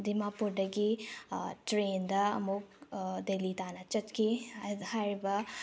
ꯗꯤꯃꯥꯄꯨꯔꯗꯒꯤ ꯇ꯭ꯔꯦꯟꯗ ꯑꯃꯨꯛ ꯗꯦꯜꯂꯤ ꯇꯥꯟꯅ ꯆꯠꯈꯤ ꯍꯥꯏꯔꯤꯕ